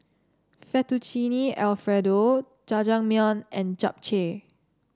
Fettuccine Alfredo Jajangmyeon and Japchae